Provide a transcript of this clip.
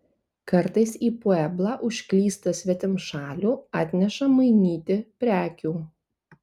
kartais į pueblą užklysta svetimšalių atneša mainyti prekių